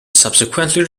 subsequently